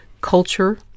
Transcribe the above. culture